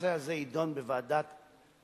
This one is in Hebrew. שהנושא הזה יידון בוועדת החוקה,